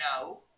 no